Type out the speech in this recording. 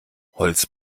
holz